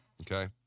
okay